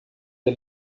der